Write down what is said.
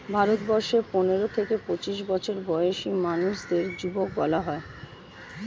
ভারতবর্ষে পনেরো থেকে পঁচিশ বছর বয়সী মানুষদের যুবক বলা হয়